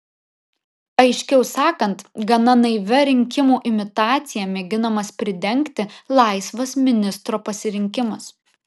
aiškiau sakant gana naivia rinkimų imitacija mėginamas pridengti laisvas ministro pasirinkimas